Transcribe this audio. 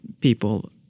people